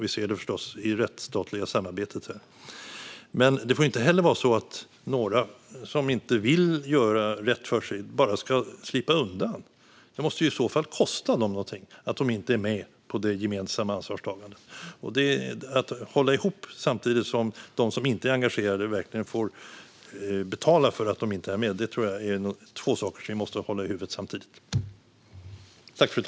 Vi ser det förstås också i det rättsstatliga samarbetet. Men det får inte heller vara så att några som inte vill göra rätt för sig bara ska slippa undan. Det måste i så fall kosta dem någonting att de inte är med på det gemensamma ansvarstagandet. Att hålla ihop samtidigt som de som inte är engagerade verkligen får betala för att de inte är med tror jag är två saker som vi måste hålla i huvudet samtidigt.